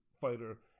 fighter